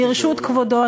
ברשות כבודו,